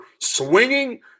swinging